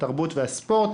התרבות והספורט,